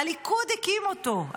הליכוד הקים אותו,